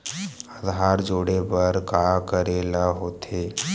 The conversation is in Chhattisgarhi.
आधार जोड़े बर का करे ला होथे?